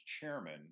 chairman